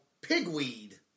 Pigweed